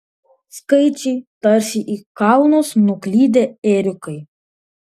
skaičiai tarsi į kalnus nuklydę ėriukai